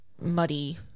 muddy